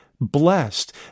blessed